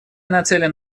нацелен